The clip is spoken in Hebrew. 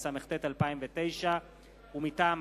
התשס”ט 2009. לקריאה ראשונה,